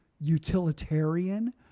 utilitarian